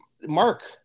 Mark